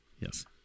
yes